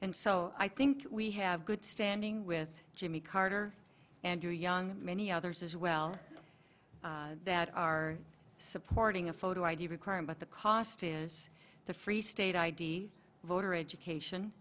and so i think we have good standing with jimmy carter andrew young and many others as well that are supporting a photo id required but the cost is the free state id voter education